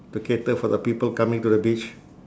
to cater for the people coming to the beach